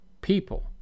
people